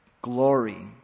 glory